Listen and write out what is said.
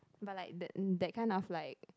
but like that that kind of like